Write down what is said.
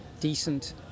decent